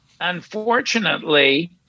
unfortunately